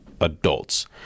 adults